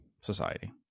society